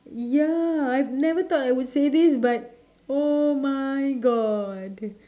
ya I have never thought I would say this but oh my god